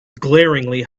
glaringly